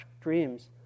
dreams